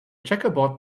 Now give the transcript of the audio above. checkerboard